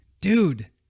dude